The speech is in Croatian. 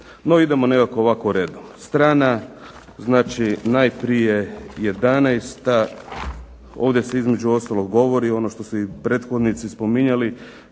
No idemo nekako redom. Strana najprije 11. ovdje se između ostalog govori i ono što su prethodnici spominjali